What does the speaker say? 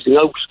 out